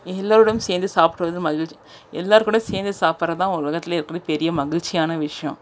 எல்லோருடன் சேர்ந்து சாப்பிடுவது மகிழ்ச்சி எல்லோருக்கூடையும் சேர்ந்து சாப்பிட்ற தான் உலகத்துலேயே இருக்கிற பெரிய மகிழ்ச்சியான விஷயம்